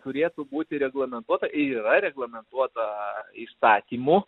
turėtų būti reglamentuota ir yra reglamentuota įstatymu